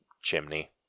chimney